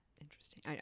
Interesting